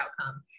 outcome